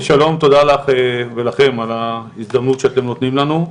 תודה לך ולכם על ההזדמנות שאתם נותנים לנו.